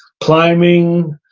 climbing,